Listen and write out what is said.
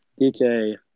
DK